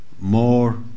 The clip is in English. more